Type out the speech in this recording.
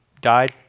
Died